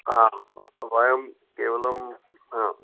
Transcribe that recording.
आं वयं केवलं हा